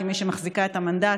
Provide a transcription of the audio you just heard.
כמי שמחזיקה את המנדט,